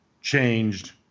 changed